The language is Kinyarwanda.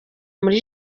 muri